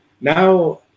Now